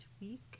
week